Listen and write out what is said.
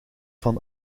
van